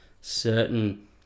certain